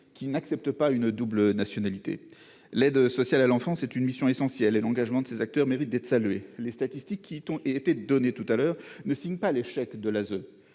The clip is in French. qui n'accepte pas une double nationalité, l'aide sociale à l'enfance est une mission essentielle et l'engagement de ces acteurs mérite d'être salué les statistiques qui tombent été donné tout à l'heure ne signe pas l'échec de la